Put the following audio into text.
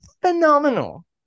phenomenal